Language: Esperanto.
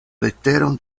leteron